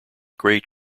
great